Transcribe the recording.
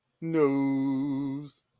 nose